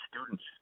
students